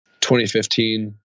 2015